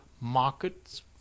markets